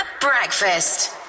breakfast